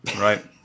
right